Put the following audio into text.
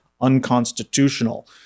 unconstitutional